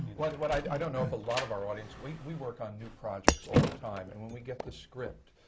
but i don't know if a lot of our audience we we work on new projects all the time, and when we get the script,